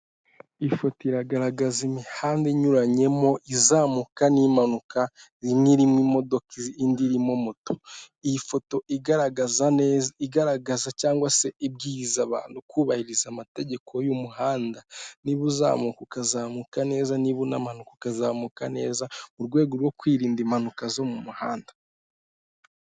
Ifoto iragaragaza imihanda inyuranyemo, izamuka n'impanuka; imwe irimo imodoka indi irimo moto. Iyi foto igaragaza neza, igaragaza cyangwa se ibwiriza abantu kubahiriza amategeko y'umuhanda; niba uzamuka ukazamuka neza, niba unamanuka ukazamuka neza mu rwego rwo kwirinda impanuka zo mu muhanda.